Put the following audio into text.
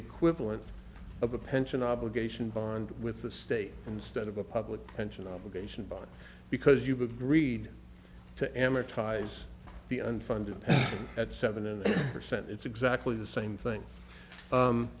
equivalent of a pension obligation bond with the state instead of a public pension obligation but because you've agreed to amortize the unfunded at seven and percent it's exactly the same thing